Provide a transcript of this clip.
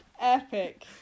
Epic